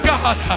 God